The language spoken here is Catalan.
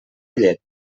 llet